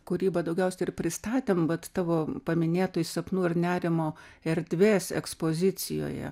kūrybą daugiausiai ir pristatėm vat tavo paminėtoj sapnų ir nerimo erdvės ekspozicijoje